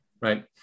right